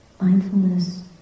mindfulness